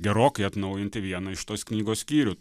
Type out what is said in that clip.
gerokai atnaujinti vieną iš tos knygos skyrių